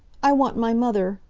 i want my mother!